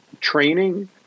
training